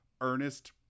Ernest